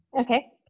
Okay